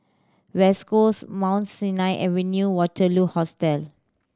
West Coast Mount Sinai Avenue Waterloo Hostel